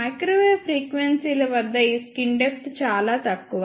microwave ఫ్రీక్వెన్సీల వద్ద ఈ స్కిన్ డెప్త్ చాలా తక్కువ